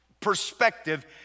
perspective